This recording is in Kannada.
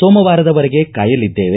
ಸೋಮವಾರದ ವರೆಗೆ ಕಾಯಲಿದ್ದೇವೆ